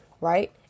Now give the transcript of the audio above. right